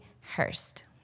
Hurst